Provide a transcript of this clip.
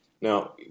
Now